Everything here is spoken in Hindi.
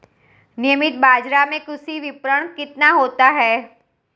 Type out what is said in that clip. नियमित बाज़ार में कृषि विपणन कितना होता है?